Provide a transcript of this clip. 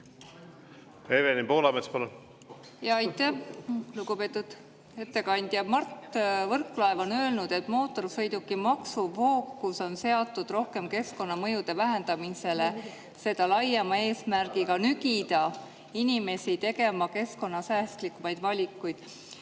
Evelin Poolamets, palun! Aitäh! Lugupeetud ettekandja, Mart Võrklaev on öelnud, et mootorsõidukimaksu fookus on seatud rohkem keskkonnamõjude vähendamisele, laiema eesmärgiga nügida inimesi tegema keskkonnasäästlikumaid valikuid.